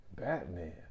Batman